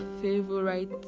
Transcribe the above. favorite